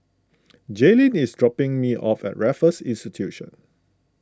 Jaylene is dropping me off at Raffles Institution